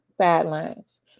sidelines